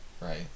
Right